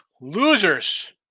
losers